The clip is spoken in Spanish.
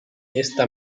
esta